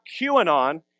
QAnon